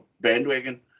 bandwagon